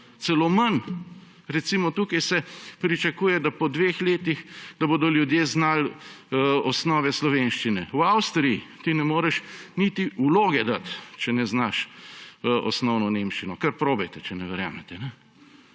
Celo manj. Recimo, tukaj se pričakuje, da bodo po dveh letih ljudje znali osnove slovenščine. V Avstriji ti ne moreš niti vloge dati, če ne znaš osnovne nemščine. Kar probajte, če ne verjamete!